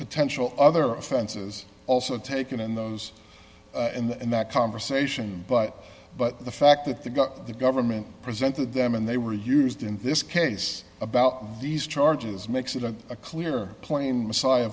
potential other offenses also taken in those and that conversation but but the fact that the got the government presented them and they were used in this case about these charges makes it on a clear plain messiah